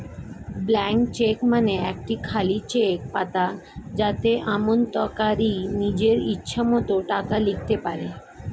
blank cheque মানে একটি খালি চেক পাতা যাতে আমানতকারী নিজের ইচ্ছে মতো টাকা লিখতে পারে